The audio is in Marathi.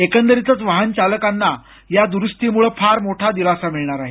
एकंदरीतच वाहन चालकांना या दुरुस्तीमुळ फार मोठा दिलासा मिळणार आहे